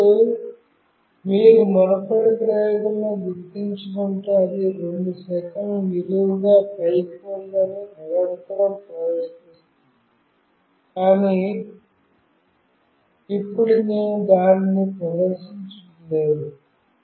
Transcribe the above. ఇప్పుడు మీరు మునుపటి ప్రయోగంలో గుర్తుచేసుకుంటే అది 2 సెకన్ల నిలువుగా పైకి ఉందని నిరంతరం ప్రదర్శిస్తోంది కానీ ఇప్పుడు నేను దానిని ప్రదర్శించడం లేదు